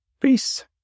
Peace